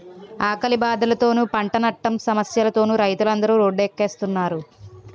ఆకలి బాధలతోనూ, పంటనట్టం సమస్యలతోనూ రైతులందరు రోడ్డెక్కుస్తున్నారు